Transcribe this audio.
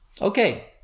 Okay